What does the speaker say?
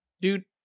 Dude